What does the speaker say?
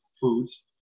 foods